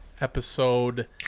episode